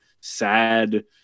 sad